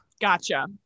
Gotcha